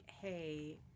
hey